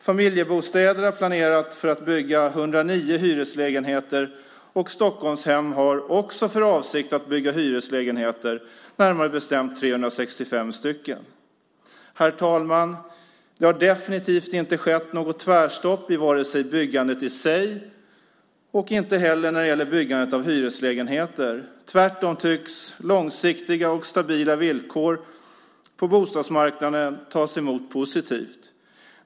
Familjebostäder har planerat för att bygga 109 hyreslägenheter och Stockholmshem har också för avsikt att bygga hyreslägenheter, närmare bestämt 365 stycken. Herr talman! Det har definitivt inte skett något tvärstopp i byggandet i sig och inte heller i byggandet av hyreslägenheter. Tvärtom tycks långsiktiga och stabila villkor på bostadsmarknaden tas emot positivt.